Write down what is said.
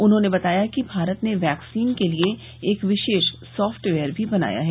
उन्होंने बताया कि भारत ने वैक्सीन के लिए एक विशेष सॉफ्टवेयर भी बनाया है